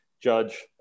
judge